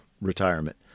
retirement